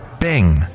Bing